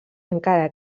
encara